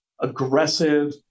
aggressive